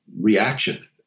reaction